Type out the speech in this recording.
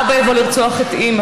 אבא יבוא לרצוח את אימא.